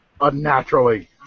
Unnaturally